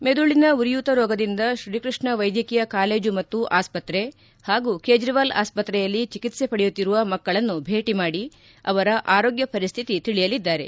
ಮೆದುಳಿನ ಉರಿಯೂತ ರೋಗದಿಂದ ಶ್ರೀಕೃಷ್ಣ ವೈದ್ಯಕೀಯ ಕಾಲೇಜು ಮತ್ತು ಆಸ್ಪತ್ರೆ ಹಾಗೂ ಕೇಜ್ರವಾಲ್ ಆಸ್ಪತ್ರೆಯಲ್ಲಿ ಚಿಕಿತ್ಸೆ ಪಡೆಯುತ್ತಿರುವ ಮಕ್ಕಳನ್ನು ಭೇಟಿ ಮಾಡಿ ಅವರ ಆರೋಗ್ಯ ಪರಿಸ್ವಿತಿ ತಿಳಿಯಲಿದ್ದಾರೆ